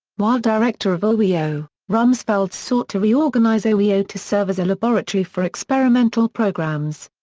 while director of ah oeo, rumsfeld sought to reorganize oeo oeo to serve as a laboratory for experimental programs.